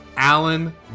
Alan